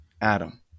Adam